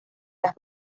las